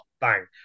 bang